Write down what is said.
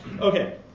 Okay